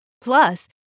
Plus